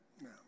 no